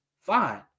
fine